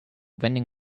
vending